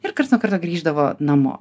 ir karts nuo karto grįždavo namo